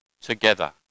together